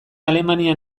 alemania